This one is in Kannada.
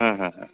ಹಾಂ ಹಾಂ ಹಾಂ